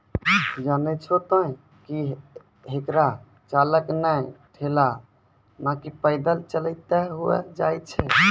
जानै छो तोहं कि हेकरा चालक नॅ ठेला नाकी पैदल चलतॅ हुअ चलाय छै